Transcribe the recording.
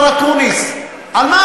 אבל יש לך אחריות ציבורית, אדוני שר האוצר.